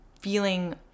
feeling